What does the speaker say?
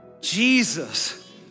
Jesus